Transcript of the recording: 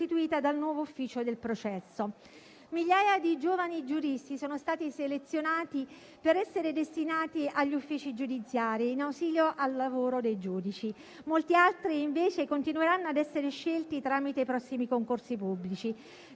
Migliaia di giovani giuristi sono stati selezionati per essere destinati agli uffici giudiziari in ausilio al lavoro dei giudici; molti altri invece continueranno a essere scelti tramite i prossimi concorsi pubblici.